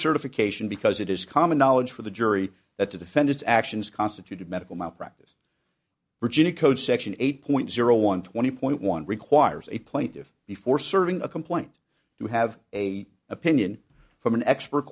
certification because it is common knowledge for the jury that the defendant's actions constituted medical malpractise virginia code section eight point zero one twenty point one requires a plaintive before serving a complaint to have a opinion from an expert